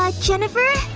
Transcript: ah jennifer?